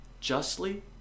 justly